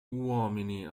uomini